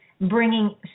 bringing